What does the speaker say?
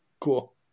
Cool